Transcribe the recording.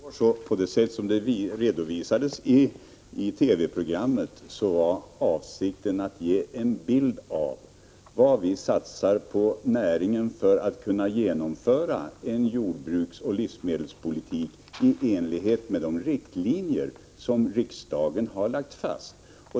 Herr talman! Såvitt jag förstår av det sätt på vilket detta redovisades i TV-programmet var avsikten att ge en bild av vad vi satsar på näringen för att kunna genomföra en jordbruksoch livsmedelspolitik i enlighet med de riktlinjer som riksdagen har lagt fast.